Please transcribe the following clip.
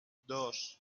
dos